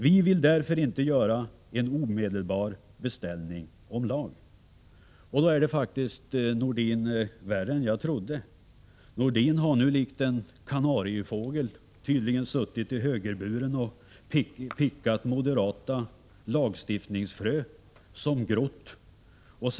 Vi vill därför inte göra en omedelbar beställning om lag.” Då är det faktiskt värre än jag trodde. Sven-Erik Nordin har tydligen likt en kanariefågel suttit i högerburen och pickat moderata lagstiftningsfrön som nu har grott.